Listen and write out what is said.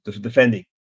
defending